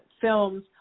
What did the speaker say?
films